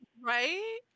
Right